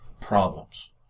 problems